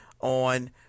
on